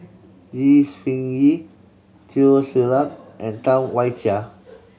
Lee Seng Eee Teo Ser Luck and Tam Wai Jia